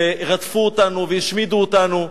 ורדפו אותנו והשמידו אותנו,